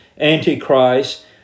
Antichrist